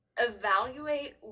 evaluate